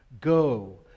Go